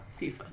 FIFA